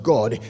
God